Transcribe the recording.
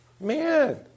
Man